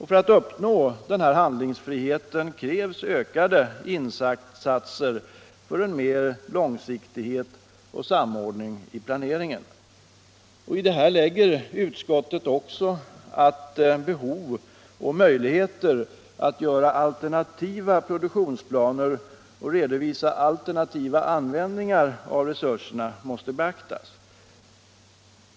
För att uppnå denna handlingsfrihet krävs ökade insatser för mer långsiktighet och bättre samordning i planeringen. I detta lägger utskottet in att behov och möjligheter att göra alternativa produktionsplaner och redovisa alternativa användningar av resurserna måste beaktas.